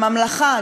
הממלכה,